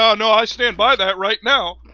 ah no, i stand by that right now.